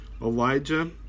Elijah